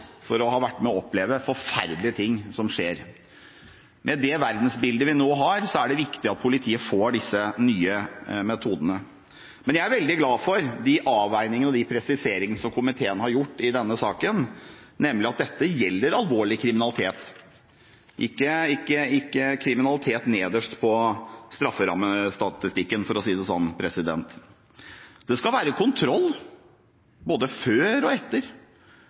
for å ha vært med på å oppleve forferdelige ting. Med det verdensbildet vi nå har, er det viktig at politiet får disse nye metodene, men jeg er veldig glad for de avveiningene og de presiseringene som komiteen har gjort i denne saken, nemlig at dette gjelder alvorlig kriminalitet, ikke kriminalitet nederst på strafferammestatistikken, for å si det slik. Det skal være kontroll både før og etter.